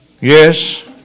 Yes